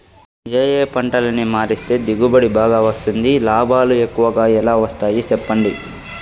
ఏ ఏ పంటలని మారిస్తే దిగుబడి బాగా వస్తుంది, లాభాలు ఎక్కువగా ఎలా వస్తాయి సెప్పండి